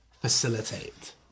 facilitate